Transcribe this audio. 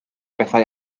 bethau